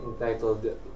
entitled